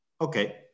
Okay